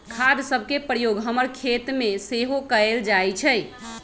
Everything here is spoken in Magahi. खाद सभके प्रयोग हमर खेतमें सेहो कएल जाइ छइ